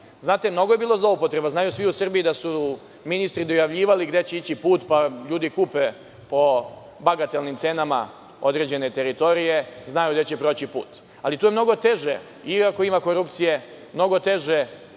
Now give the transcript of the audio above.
znate, mnogo je bilo zloupotreba. Znaju svi u Srbiji da su ministri dojavljivali gde će ići put, pa ljudi kupe po bagatelnim cenama određene teritorije, znaju gde će proći put. Ali, to je mnogo teže, iako ima korupcije, mnogo teže